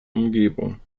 umgebung